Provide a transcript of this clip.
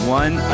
one